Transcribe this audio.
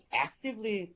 actively